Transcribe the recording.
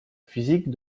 physique